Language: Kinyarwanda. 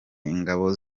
ingona